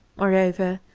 moreover,